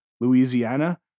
Louisiana